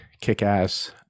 kick-ass